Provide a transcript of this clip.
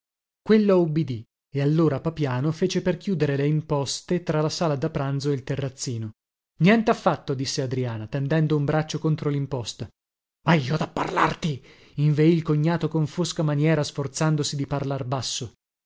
quella ubbidì e allora papiano fece per chiudere le imposte tra la sala da pranzo e il terrazzino nientaffatto disse adriana tendendo un braccio contro limposta ma io ho da parlarti inveì il cognato con fosca maniera sforzandosi di parlar basso